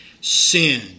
sin